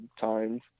times